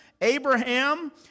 Abraham